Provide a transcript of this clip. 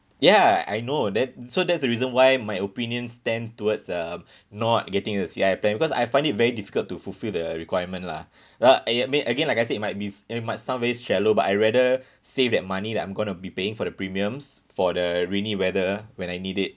ya I know that so that's the reason why my opinions tend towards uh not getting a C_I plan because I find it very difficult to fulfill the requirement lah uh I mean again like I said it might be it might sound very shallow but I rather save that money that I'm going to be paying for the premiums for the rainy weather when I need it